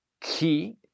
key